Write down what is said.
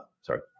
sorry